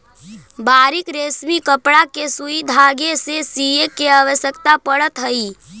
बारीक रेशमी कपड़ा के सुई धागे से सीए के आवश्यकता पड़त हई